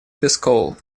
пэскоу